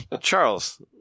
Charles